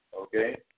Okay